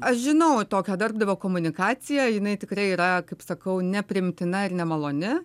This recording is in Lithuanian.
aš žinau tokio darbdavio komunikacija jinai tikrai yra kaip sakau nepriimtina ir nemaloni